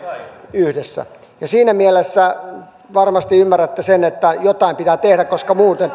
yhdessä siinä mielessä varmasti ymmärrätte sen että jotain pitää tehdä koska muuten